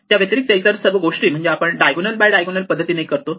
त्या व्यतिरिक्त इतर सर्व गोष्टी म्हणजे आपण डायगोनल बाय डायगोनल पद्धतीने करतो